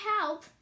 help